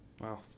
Wow